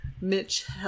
mitch